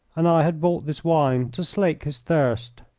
and i had brought this wine to slake his thirst.